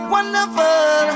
Wonderful